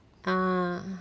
ah